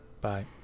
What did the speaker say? bye